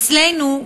אצלנו,